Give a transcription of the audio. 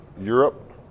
Europe